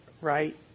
right